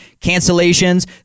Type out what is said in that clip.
cancellations